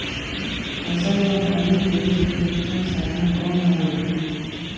फसल मां पानी देहे के उत्तम साधन कौन हवे?